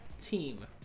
team